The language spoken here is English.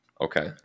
Okay